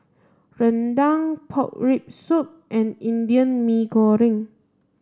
rendang pork rib soup and Indian Mee Goreng